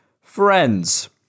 friends